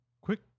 Quick